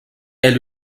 est